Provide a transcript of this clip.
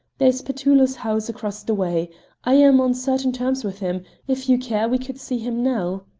there's petullo's house across the way i'm on certain terms with him if you care, we could see him now.